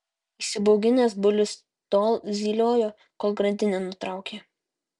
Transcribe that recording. įsibauginęs bulius tol zyliojo kol grandinę nutraukė